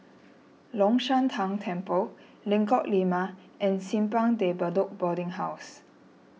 Long Shan Tang Temple Lengkok Lima and Simpang De Bedok Boarding House